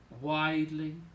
widely